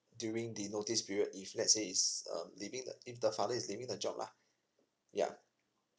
during the notice period if let's say it's um leaving the if the father is leaving the job lah yeah